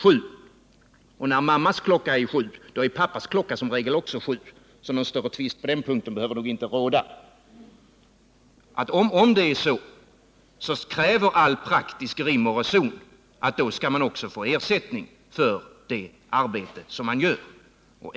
7 - då mammas klocka är 7 är pappas klocka som regel också 7, så någon större tvist på den punkten behöver inte råda — kräver all praktisk rim och reson att hon också skall få ersättning för det arbete hon utför.